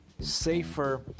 safer